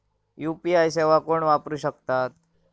UPI सेवा कोण वापरू शकता?